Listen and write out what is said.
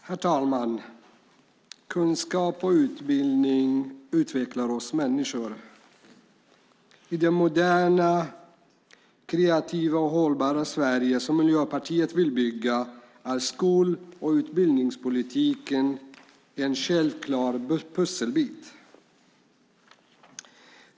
Herr talman! Kunskap och utbildning utvecklar oss människor. I det moderna, kreativa och hållbara Sverige som Miljöpartiet vill bygga är skol och utbildningspolitiken en självklar pusselbit.